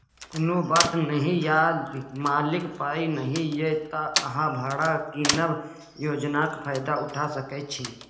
कुनु बात नहि यदि मालक पाइ नहि यै त अहाँ भाड़ा कीनब योजनाक फायदा उठा सकै छी